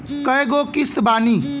कय गो किस्त बानी?